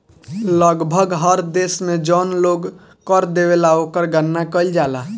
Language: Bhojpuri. लगभग हर देश में जौन लोग कर देवेला ओकर गणना कईल जाला